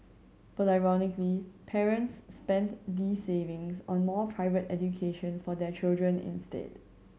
but ironically parents spent these savings on more private education for their children instead